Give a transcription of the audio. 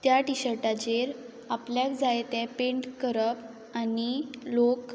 त्या टिशटाचेर आपल्याक जाय ते पेंट करप आनी लोक